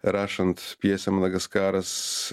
rašant pjesę madagaskaras